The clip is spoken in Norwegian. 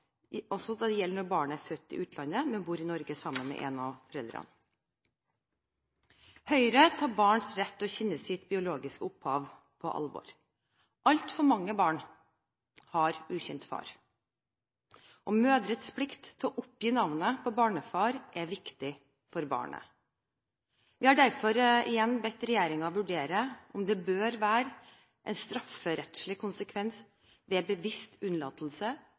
når barnet er født i utlandet, men bor i Norge sammen med en av foreldrene. Høyre tar barns rett til å kjenne sitt biologiske opphav på alvor. Altfor mange barn har ukjent far, og mødrenes plikt til å oppgi navnet på barnefar er viktig for barnet. Vi har derfor igjen bedt regjeringen vurdere om det bør være en strafferettslig konsekvens ved bevisst unnlatelse